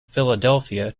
philadelphia